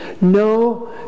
No